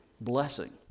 blessing